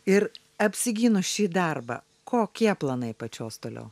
ir apsigynus šį darbą kokie planai pačios toliau